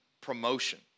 promotion